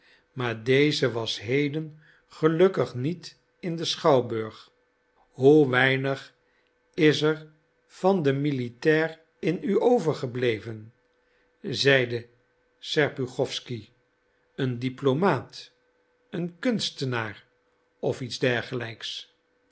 maar deze was heden gelukkig niet in den schouwburg hoe weinig is er van den militair in u overgebleven zeide serpuchowsky een diplomaat een kunstenaar of iets dergelijks